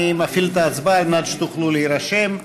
אני מפעיל את ההצבעה על מנת שתוכלו להירשם,